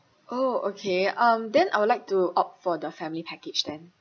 oh okay um then I would like to opt for the family package then